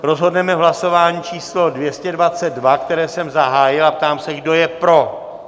Rozhodneme v hlasování číslo 222, které jsem zahájil, a ptám se, kdo je pro?